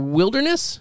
wilderness